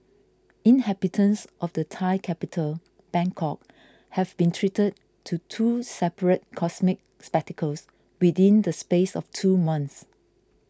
inhabitants of the Thai capital Bangkok have been treated to two separate cosmic spectacles within the space of two months